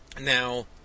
Now